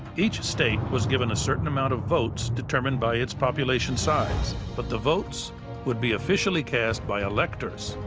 each state was given a certain amount of votes, determined by its population size. but the votes would be officially cast by electors,